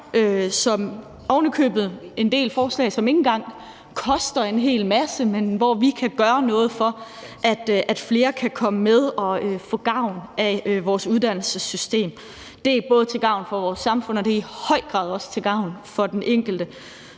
om en del forslag, som ikke engang koster en hel masse, men hvor vi kan gøre noget for, at flere kan komme med og få gavn af vores uddannelsessystem. Det er både til gavn for vores samfund, og det er i høj grad også til gavn for den enkelte.